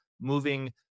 moving